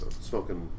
Smoking